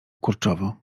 kurczowo